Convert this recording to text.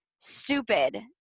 stupid